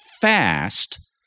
fast